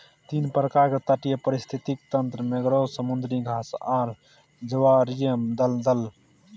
तीन प्रकार के तटीय पारिस्थितिक तंत्र मैंग्रोव, समुद्री घास आर ज्वारीय दलदल